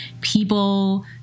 people